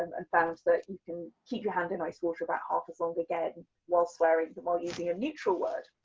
um and found that you can keep your hand in ice water about half as long, again while swearing, than while using a neutral word.